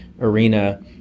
arena